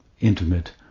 intimate